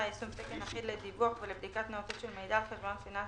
(יישום תקן אחיד לדיווח ולבדיקת נאותות של מידע על חשבונות פיננסיים),